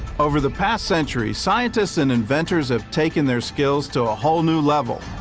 over the past century scientists and inventors have taken their skills to a whole new level,